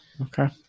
okay